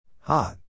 Hot